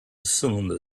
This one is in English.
cylinder